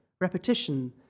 repetition